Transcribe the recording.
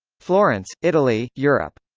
florence, italy, europe.